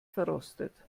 verrostet